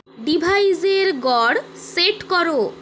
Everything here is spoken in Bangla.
ডিভাইসের গড় সেট করো